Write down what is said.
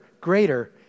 greater